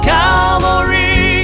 Calvary